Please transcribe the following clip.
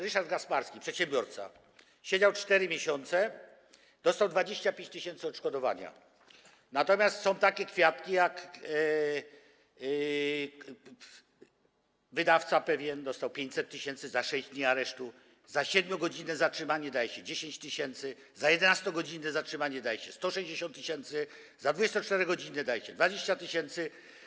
Ryszard Gasparski, przedsiębiorca, siedział 4 miesiące, dostał 25 tys. odszkodowania, natomiast są takie kwiatki, że pewien wydawca dostał 500 tys. za 6 dni aresztu, za 7-godzinne zatrzymanie daje się 10 tys., za 11-godzinne zatrzymanie daje się 160 tys., za 24-godzinne daje się 20 tys.